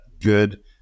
good